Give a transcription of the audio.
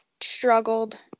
struggled